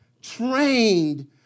trained